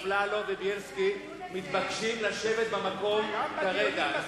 אפללו ובילסקי מתבקשים לשבת במקום כרגע.